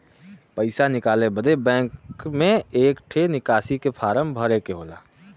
पइसा निकाले बदे बैंक मे एक ठे निकासी के फारम भरे के होला